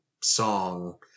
song